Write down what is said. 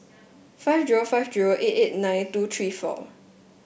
five zero five zero eight eight nine two three four